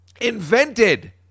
invented